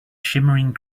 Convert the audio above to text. shimmering